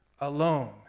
alone